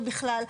ובכלל,